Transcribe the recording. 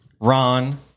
Ron